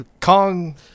Kong